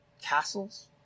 castles